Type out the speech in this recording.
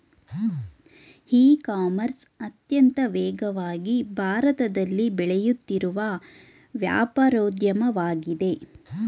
E commerce ಅತ್ಯಂತ ವೇಗವಾಗಿ ಭಾರತದಲ್ಲಿ ಬೆಳೆಯುತ್ತಿರುವ ವ್ಯಾಪಾರೋದ್ಯಮವಾಗಿದೆ